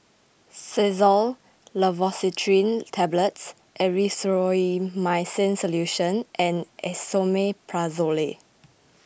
Xyzal Levocetirizine Tablets Erythroymycin Solution and Esomeprazole